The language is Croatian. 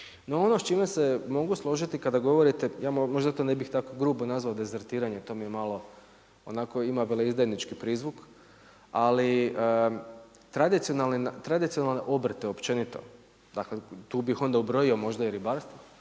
ono s čime se mogu složiti kada govorite, ja možda to ne bih tako grubo nazvao dezertiranjem, to mi malo ima onako veleizdajnički prizvuk, ali tradicionalne obrte općenito, dakle tu bih onda ubrojio možda i ribarstvo,